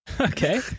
Okay